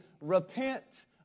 repent